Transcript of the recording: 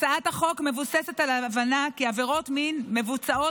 הצעת החוק מבוססת על ההבנה כי עבירות מין המבוצעות